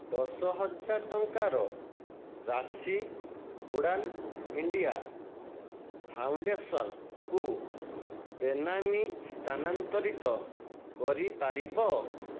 ଦଶ ହଜାର ଟଙ୍କାର ରାଶି ଉଡ଼ାନ୍ ଇଣ୍ଡିଆ ଫାଉଣ୍ଡେସନ୍କୁ ବେନାମୀ ସ୍ଥାନାନ୍ତରିତ କରିପାରିବ